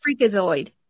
freakazoid